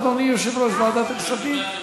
אדוני יושב-ראש ועדת הכספים?